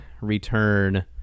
return